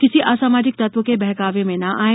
किसी असामाजिक तत्व के बहकावे में न आये